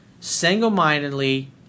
single-mindedly